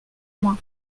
moi